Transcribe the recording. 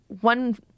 one